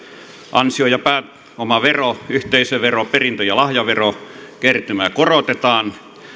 ansio ja pääomavero yhteisövero sekä perintö ja lahjaverokertymää korotetaan